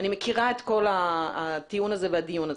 אני מכירה את כל הטיעון הזה והדיון הזה.